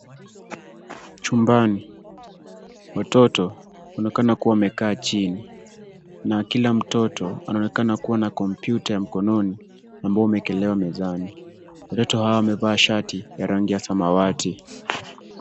Chumbani, watoto wanaonekana kuwa wamekaa chini. Na kila mtoto, anaonekana kuwa na kompyuta ya mkononi ambao umewekelewa mezani. Watoto hawa wamevaa shati ya rangi ya samawati.